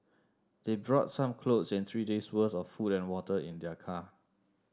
they brought some clothes and three days' worth of food and water in their car